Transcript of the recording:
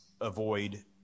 avoid